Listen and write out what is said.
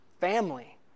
family